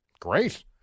great